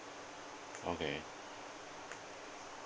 okay